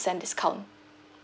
discount